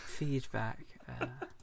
Feedback